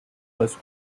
was